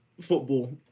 football